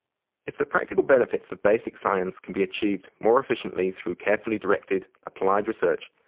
if the practical benefits of basic science can be achieved more efficiently through carefully directed applied research,